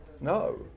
no